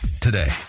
today